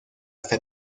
hasta